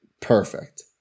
perfect